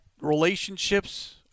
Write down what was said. relationships